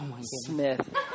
Smith